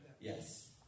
Yes